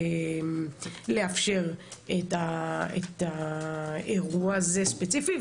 לאפשר את האירוע הזה ספציפית,